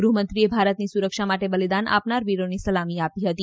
ગૃહમંત્રીએ ભારતની સુરક્ષા માટે બલિદાન આપનાર વીરોને સલામી આપી હતી